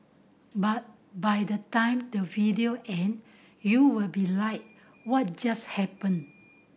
but by the time the video end you'll be like what just happened